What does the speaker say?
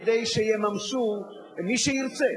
כדי שיממשו, מי שירצה,